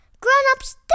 Grown-ups